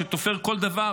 שתופר כל דבר,